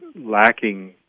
Lacking